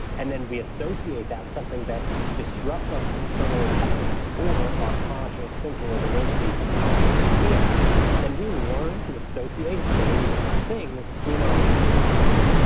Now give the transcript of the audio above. and then we associate that with something that disrupts our internal environment or our conscious thinking, or the way that we consciously feel then we learn to associate those things in our neural networks.